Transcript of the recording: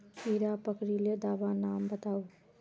कीड़ा पकरिले दाबा नाम बाताउ?